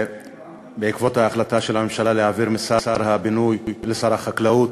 בעקבות ההחלטה של הממשלה להעביר משר הבינוי לשר החקלאות